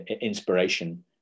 inspiration